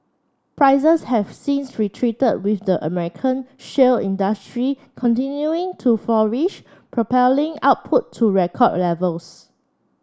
prices have since retreated with the American shale industry continuing to flourish propelling output to record levels